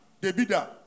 Debida